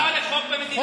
תכבד את חוקי מדינת ישראל.